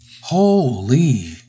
Holy